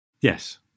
Yes